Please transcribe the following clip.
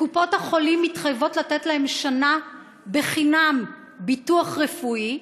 וקופות-החולים מתחייבות לתת להם שנה בחינם ביטוח רפואי,